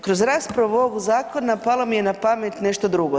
Kroz raspravu ovog zakona palo mi je na pamet nešto drugo.